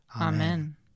Amen